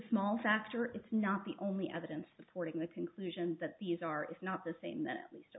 small factor it's not the only evidence supporting the conclusion that these are if not the same then at least